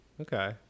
Okay